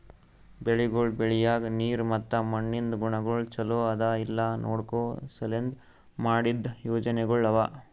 ಬೆಳಿಗೊಳ್ ಬೆಳಿಯಾಗ್ ನೀರ್ ಮತ್ತ ಮಣ್ಣಿಂದ್ ಗುಣಗೊಳ್ ಛಲೋ ಅದಾ ಇಲ್ಲಾ ನೋಡ್ಕೋ ಸಲೆಂದ್ ಮಾಡಿದ್ದ ಯೋಜನೆಗೊಳ್ ಅವಾ